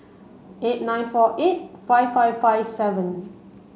eight nine four eight five five five seven